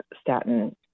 statin